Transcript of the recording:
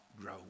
grow